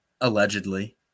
Allegedly